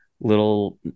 Little